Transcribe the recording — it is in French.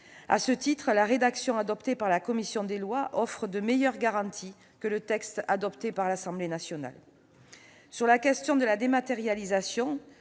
À ce titre, la rédaction adoptée par la commission des lois offre de meilleures garanties que le texte résultant des travaux de l'Assemblée nationale. Sur la question de la dématérialisation,